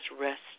rest